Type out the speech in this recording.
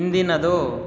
ಹಿಂದಿನದು